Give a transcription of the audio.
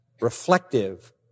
reflective